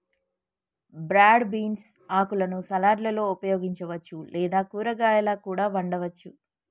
broad beans ఆకులను సలాడ్లలో ఉపయోగించవచ్చు లేదా కూరగాయాలా కూడా వండవచ్చు